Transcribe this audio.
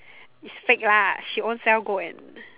is fake lah she ownself go and